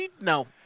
No